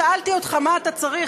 שאלתי אותך מה אתה צריך,